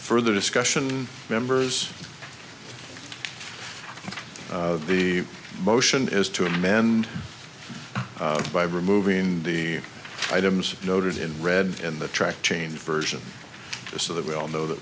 further discussion members of the motion is to amend by removing the items noted in red in the track change version so that we all know